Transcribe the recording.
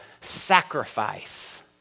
sacrifice